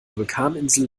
vulkaninsel